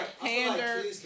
Pander